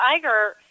Iger